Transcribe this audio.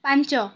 ପାଞ୍ଚ